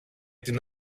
την